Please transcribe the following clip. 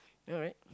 alright